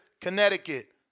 Connecticut